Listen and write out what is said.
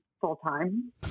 full-time